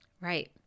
Right